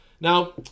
now